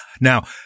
Now